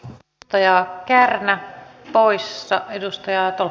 b to ja käärme hyvä järjestys